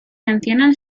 mencionan